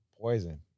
poison